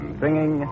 singing